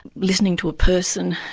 listening to a person,